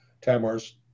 Tamar's